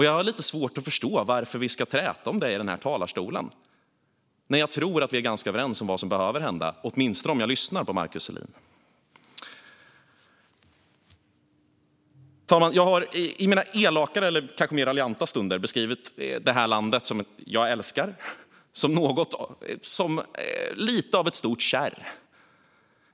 Jag har lite svårt att förstå varför vi ska träta om detta i talarstolen när jag, åtminstone efter att ha lyssnat till Markus Selin, tror att vi är ganska överens om vad som behöver hända. Herr talman! Jag har i mina elakare eller kanske mer raljanta stunder beskrivit det här landet, som jag älskar, som lite av ett stort kärr.